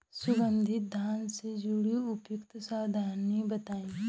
सुगंधित धान से जुड़ी उपयुक्त सावधानी बताई?